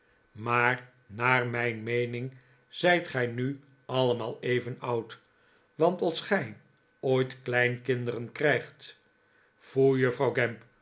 maar naar mijn meening zijt'gij nu allemaal even oud want als gij ooit kleinkinderen krijgt foei juffrouw gamp